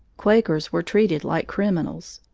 quakers were treated like criminals.